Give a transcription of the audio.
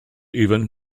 even